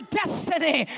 destiny